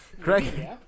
Craig